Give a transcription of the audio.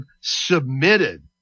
submitted